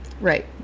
Right